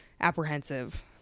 apprehensive